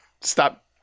stop